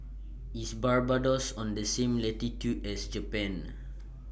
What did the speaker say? IS Barbados on The same latitude as Japan